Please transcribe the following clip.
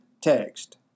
text